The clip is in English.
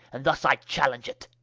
and thus i challenge it.